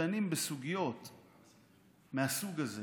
כשדנים בסוגיות מהסוג הזה,